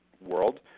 world